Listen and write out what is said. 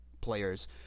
players